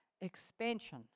expansion